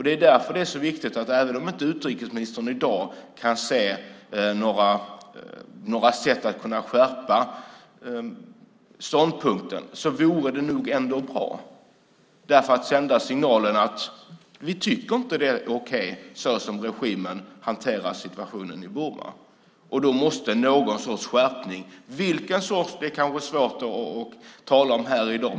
Det är därför viktigt, även om utrikesministern inte i dag kan se några sätt att skärpa ståndpunkten, att sända signalen att vi inte tycker att det är okej såsom regimen hanterar situationen i Burma. Då måste någon sorts skärpning ske, vilken sort kan vara svårt att tala om i dag.